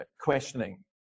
questioning